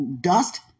dust